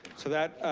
so that,